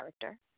character